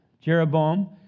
Jeroboam